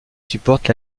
supporte